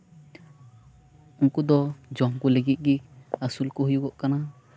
ᱩᱝᱠᱩ ᱫᱚ ᱡᱚᱢ ᱠᱚ ᱞᱟᱹᱜᱤᱫ ᱜᱮ ᱟᱹᱥᱩᱞ ᱠᱚ ᱦᱩᱭᱩᱜᱚᱜ ᱠᱟᱱᱟ